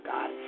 God